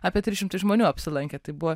apie trys šimtai žmonių apsilankė tai buvo